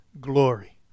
glory